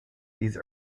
these